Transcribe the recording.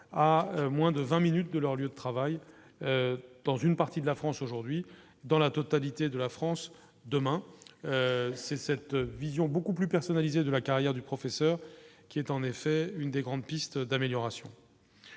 à moins de 20 minutes de leur lieu de travail dans une partie de la France aujourd'hui dans la totalité de la France, demain c'est cette vision beaucoup plus personnalisée de la carrière du professeur qui est en effet une des grandes pistes d'amélioration,